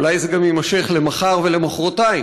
אולי זה יימשך גם מחר ומחרתיים,